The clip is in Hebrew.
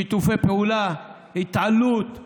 לשיתופי פעולה, להתעלות,